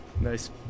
Nice